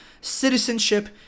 citizenship